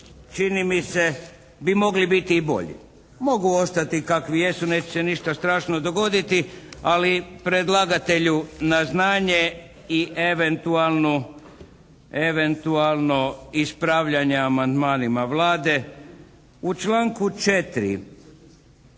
čini mi se bi mogli biti i bolji. Mogu ostati kakvi jesu. Neće se ništa strašno dogoditi, ali predlagatelju na znanje i eventualno, eventualno ispravljanje amandmanima Vlade. U članku 4.